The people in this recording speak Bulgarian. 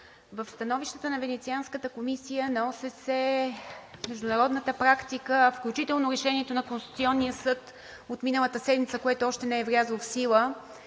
в становищата на Венецианската комисия, на ОССЕ, международната практика, включително решението на Конституционния съд от миналата седмица, което още не е влязло в сила,